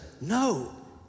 no